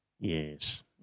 Yes